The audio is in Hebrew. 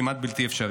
כמעט בלתי אפשרית.